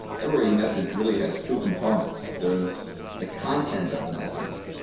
every message really has two components. there is the content of the message,